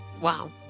Wow